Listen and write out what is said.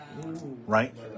Right